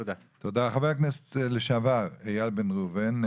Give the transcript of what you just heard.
תודה, חבר הכנסת לשעבר, אייל בן ראובן,